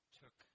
took